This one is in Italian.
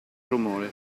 rumore